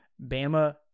Bama